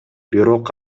бирок